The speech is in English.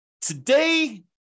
Today